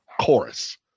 chorus